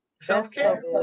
Self-care